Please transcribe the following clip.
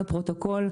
לפרוטוקול,